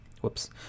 whoops